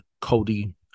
Cody